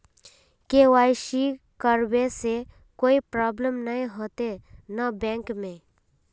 KYC करबे से कोई प्रॉब्लम नय होते न बैंक में?